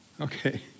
Okay